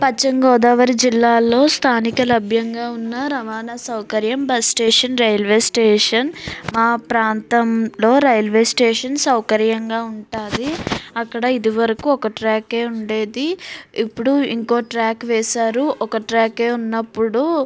పశ్చిమగోదావరి జిల్లాలో స్థానిక లభ్యంగా ఉన్న రవాణా సౌకర్యం బస్ స్టేషన్ రైల్వే స్టేషన్ మా ప్రాంతంలో రైల్వే స్టేషన్ సౌకర్యంగా ఉంటాయి అక్కడ ఇదివరకు ఒక ట్రాకే ఉండేది ఇప్పుడు ఇంకో ట్రాక్ వేసారు ఒక ట్రాకే ఉన్నప్పుడు